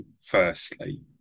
Firstly